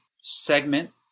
segment